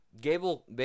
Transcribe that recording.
Gable